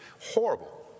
horrible